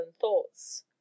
thoughts